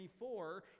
24